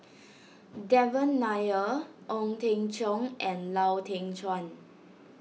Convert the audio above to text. Devan Nair Ong Teng Cheong and Lau Teng Chuan